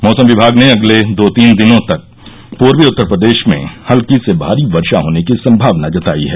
मौसम विभाग ने अगले दो तीन दिनों तक पूर्वी उत्तर प्रदेश में हल्की से भारी वर्षा होने की सम्भावना जताई है